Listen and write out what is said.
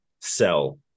sell